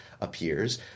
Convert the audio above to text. appears